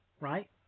right